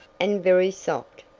and very soft.